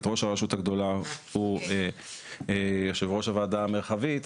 ראש הרשות הגדולה הוא יושב ראש הוועדה המרחבית,